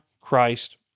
Christ